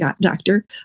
doctor